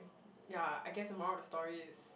yeah I guess the moral of the story is